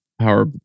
power